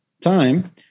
time